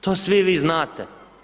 To svi vi znate.